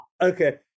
okay